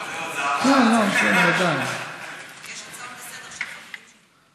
החמרת ענישה בפשיעה חקלאית),